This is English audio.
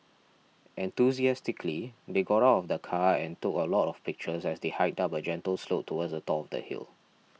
enthusiastically they got of the car and took a lot of pictures as they hiked up a gentle slope towards the top the hill